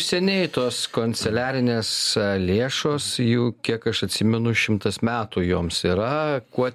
seniai tos koncelerinės lėšos jų kiek aš atsimenu šimtas metų joms yra kuo